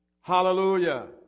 Hallelujah